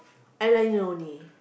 eyeliner only